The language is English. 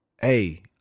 hey